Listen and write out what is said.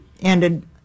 ended